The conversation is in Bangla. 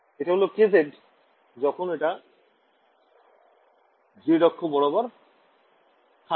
এটা হল kz যখন এটা z অক্ষ বরাবর থাকে